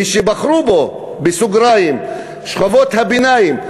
מי שבחרו בה, שכבות הביניים.